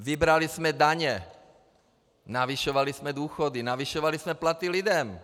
Vybrali jsme daně, navyšovali jsme důchody, navyšovali jsme platy lidem.